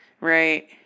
right